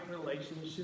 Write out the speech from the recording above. relationship